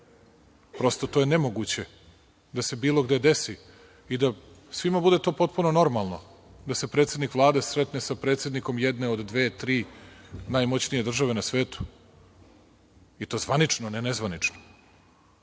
Prosto, to je nemoguće da se bilo gde desi i da svima to bude potpuno normalno da se predsednik Vlade sretne sa predsednikom jedne od dve-tri najmoćnije države na svetu, i to zvanično, a ne nezvanično;